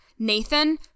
Nathan